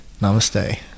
namaste